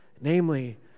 namely